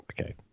okay